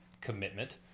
commitment